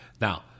Now